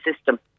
system